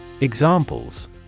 Examples